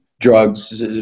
drugs